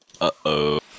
Uh-oh